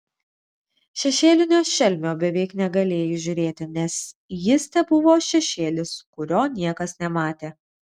šešėlinio šelmio beveik negalėjai įžiūrėti nes jis tebuvo šešėlis kurio niekas nematė